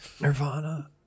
Nirvana